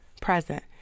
present